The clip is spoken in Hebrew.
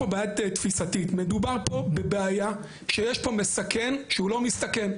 מדובר פה בבעיה שיש פה מסכן שהוא לא מסתכן,